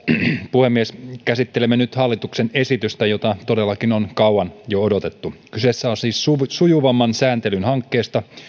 puhemies käsittelemme nyt hallituksen esitystä jota todellakin on jo kauan odotettu kyse on siis sujuvamman sääntelyn hankkeesta